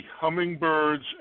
hummingbirds